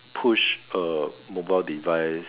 push a mobile device